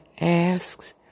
asks